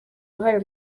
uruhare